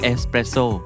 Espresso